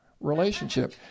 relationship